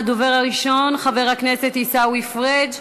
הדובר הראשון, חבר הכנסת עיסאווי פריג'